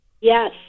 Yes